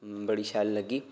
बड़ी शैल लग्गी